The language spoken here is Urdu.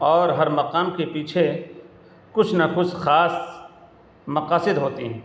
اور ہر مقام کے پیچھے کچھ نہ کچھ خاص مقصد ہوتے ہیں